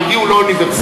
יהודי הוא לא אוניברסלי?